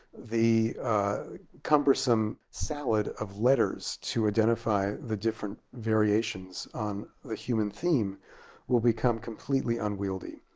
the cumbersome salad of letters to identify the different variations on the human theme will become completely unwieldy.